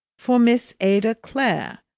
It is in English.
for miss ada clare.